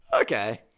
Okay